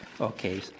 Okay